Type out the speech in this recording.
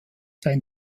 sein